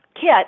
Kit